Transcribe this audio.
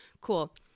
Cool